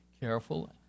careful